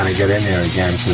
get in there again,